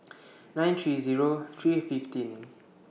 nine three Zero three fifteen